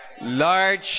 Large